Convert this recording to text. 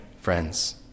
friends